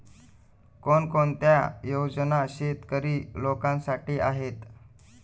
कोणकोणत्या योजना शेतकरी लोकांसाठी आहेत?